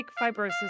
Fibrosis